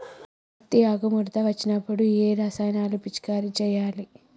పత్తి ఆకు ముడత వచ్చినప్పుడు ఏ రసాయనాలు పిచికారీ చేయాలి?